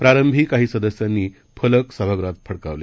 प्रारंभीकाहीसदस्यांनीफलकसभागृहातफडकवले